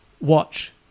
watch